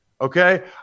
okay